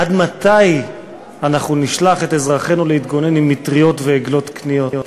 עד מתי אנחנו נשלח את אזרחינו להתגונן עם מטריות ועגלות קניות?